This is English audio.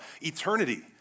eternity